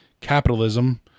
capitalism